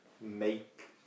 make